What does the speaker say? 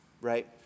right